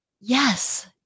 yes